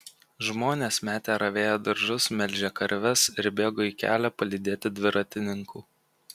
žmonės metė ravėję daržus melžę karves ir bėgo į kelią palydėti dviratininkų